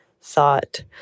thought